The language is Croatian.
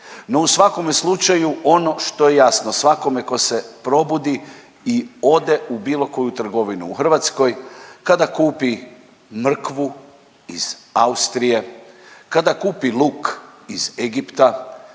No u svakome slučaju ono što je jasno svakome ko se probudi i ode u bilo koju trgovinu u Hrvatskoj kada kupi mrkvu iz Austrije, kada kupi luk iz Egipta,